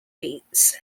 beats